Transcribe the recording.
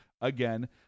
again